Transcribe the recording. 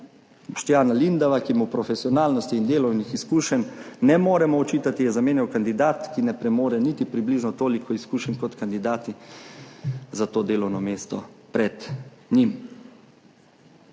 Boštjana Lindava, ki mu profesionalnosti in delovnih izkušenj ne moremo očitati, je zamenjal kandidat, ki ne premore niti približno toliko izkušenj kot kandidati za to delovno mesto pred njim.